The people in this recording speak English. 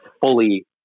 fully